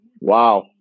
Wow